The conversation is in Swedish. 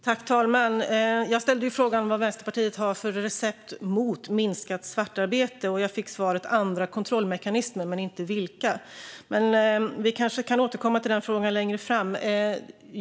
Fru talman! Jag ställde frågan vad Vänsterpartiet har för recept mot minskat svartarbete. Jag fick svaret att det är andra kontrollmekanismer men inte vilka. Vi kanske kan återkomma till denna fråga längre fram.